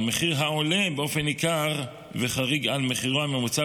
במחיר העולה באופן ניכר וחריג על מחירו הממוצע